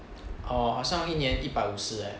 err 好像一年一百五十 eh